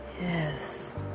yes